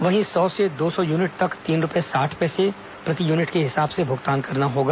वहीं सौ से दो सौ यूनिट तक तीन रूपये साठ पैसे प्रति यूनिट के हिसाब से भुगतान करना होगा